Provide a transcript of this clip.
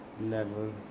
level